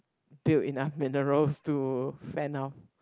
build enough minerals to fend off